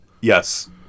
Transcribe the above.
Yes